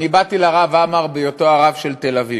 באתי לרב עמאר בהיותו הרב של תל-אביב,